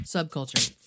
Subculture